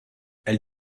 elle